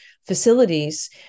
facilities